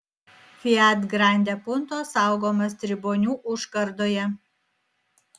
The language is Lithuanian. fiat grande punto saugomas tribonių užkardoje